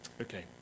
Okay